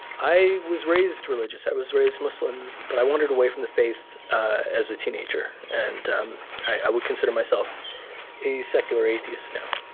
i was raised religious. i was raised muslim, but i wandered away from the faith as a teenager. and um i would consider myself a secular atheist now